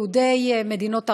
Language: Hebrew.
יהודי מדינות ערב,